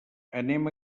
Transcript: anem